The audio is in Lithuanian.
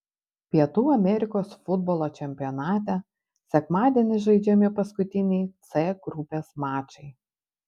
pietų amerikos futbolo čempionate sekmadienį žaidžiami paskutiniai c grupės mačai